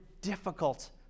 difficult